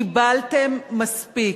קיבלתם מספיק.